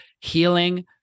healing